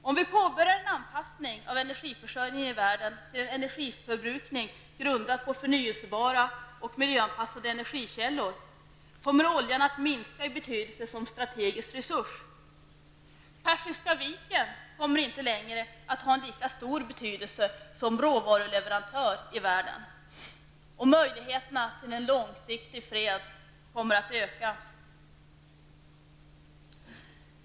Om vi påbörjar en anpassning av energiförsörjningen i världen till en energiförbrukning grundad på förnyelsebara och miljöanpassade energikällor, kommer oljan att minska i betydelse som strategisk resurs. Persika viken kommer inte längre att ha en lika stor betydelse som råvaruleverantör i världen. Och möjligheterna till en långsiktig fred kommer att öka.